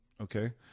okay